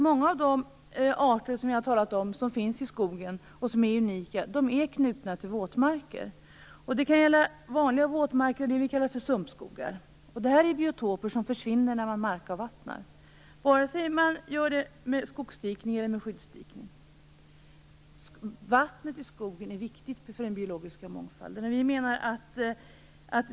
Många av de unika arter som finns i skogen är knutna till våtmarker. Det kan gälla vanliga våtmarker och det vi kallar för sumpskogar. Detta är biotoper som försvinner när man markavvattnar, vare sig man gör det med skogsdikning eller med skyddsdikning. Vattnet i skogen är viktigt för den biologiska mångfalden.